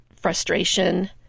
frustration